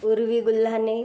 Urvi Gulhane